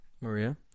Maria